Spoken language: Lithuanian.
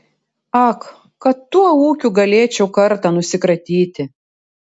ak kad tuo ūkiu galėčiau kartą nusikratyti